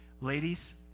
Ladies